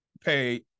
pay